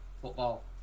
football